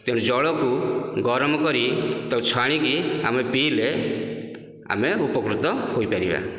ତେଣୁ ଜଳକୁ ଗରମ କରି ତାକୁ ଛାଣିକି ଆମେ ପିଇଲେ ଆମେ ଉପକୃତ ହୋଇପାରିବା